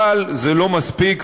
אבל זה לא מספיק,